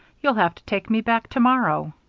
you'll have to take me back to-morrow.